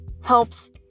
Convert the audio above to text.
helps